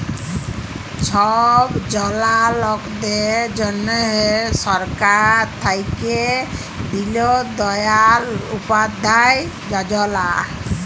ছব জলা লকদের জ্যনহে সরকার থ্যাইকে দিল দয়াল উপাধ্যায় যজলা